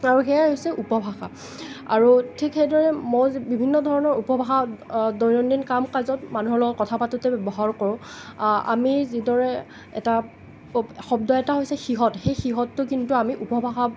আৰু সেয়াই হৈছে উপভাষা আৰু ঠিক সেইদৰে ময়ো যে বিভিন্ন ধৰণৰ উপভাষা দৈনন্দিন কাম কাজত মানুহৰ লগত কথা পাতোঁতে ব্যৱহাৰ কৰোঁ আমি যিদৰে এটা শব্দ এটা হৈছ সিহঁত সেই সিহঁতটো কিন্তু আমি উপভাষাত